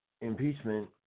impeachment